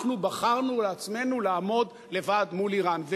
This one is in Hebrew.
אנחנו בחרנו לעצמנו לעמוד לבד מול אירן,